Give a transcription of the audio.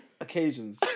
occasions